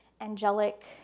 angelic